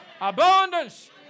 Abundance